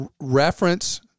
reference